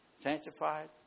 sanctified